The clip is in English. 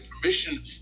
permission